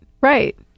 Right